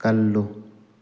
ꯀꯜꯂꯨ